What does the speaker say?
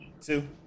two